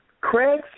Craig